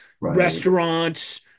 restaurants